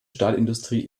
stahlindustrie